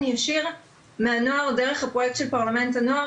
ישיר מהנוער דרך הפרויקט של פרלמנט הנוער,